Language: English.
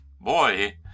Boy